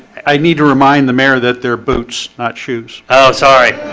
i need to remind the mayor that their boots not shoes. oh, sorry